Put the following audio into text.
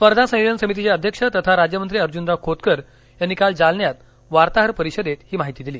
स्पर्धा संयोजन समितीचे अध्यक्ष तथा राज्यमंत्री अर्जूनराव खोतकर यांनी काल जालन्यात वार्ताहर परिषदेत माहिती दिली